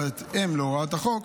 בהתאם להוראת החוק,